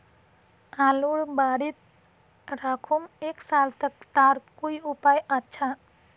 आलूर बारित राखुम एक साल तक तार कोई उपाय अच्छा?